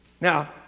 Now